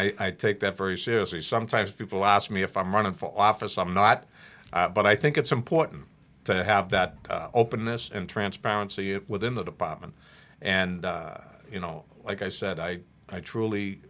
d i take that very seriously sometimes people ask me if i'm running for office i'm not but i think it's important to have that openness and transparency it within the department and you know like i said i i truly